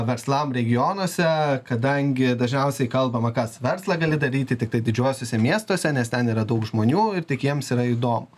verslam regionuose kadangi dažniausiai kalbama kas verslą gali daryti tiktai didžiuosiuose miestuose nes ten yra daug žmonių ir tik jiems yra įdomu